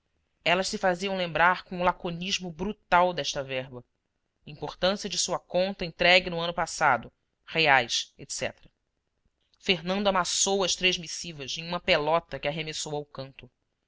elas se faziam lembrar com o laconismo brutal desta verba importância de sua conta entregue o ano passado rs etc fernando amassou as três missivas em uma pelota que arremessou ao canto